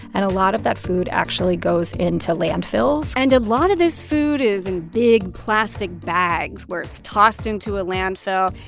and a lot of that food actually goes into landfills and a lot of this food is in big plastic bags, where it's tossed into a landfill,